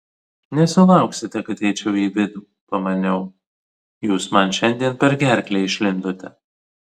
nesulauksite kad eičiau į vidų pamaniau jūs man šiandien per gerklę išlindote